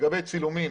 לגבי צילומים